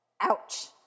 Ouch